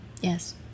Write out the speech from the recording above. yes